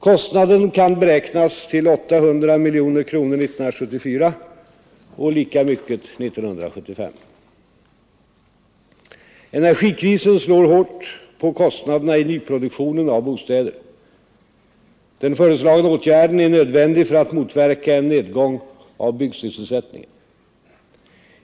Kostnaden kan beräknas till 800 miljoner kronor 1974 och lika mycket 1975; Energikrisen slår hårt på kostnaderna i nyproduktionen av bostäder. Den föreslagna åtgärden är nödvändig för att motverka en nedgång av byggsysselsättningen.